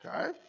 okay